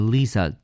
Lisa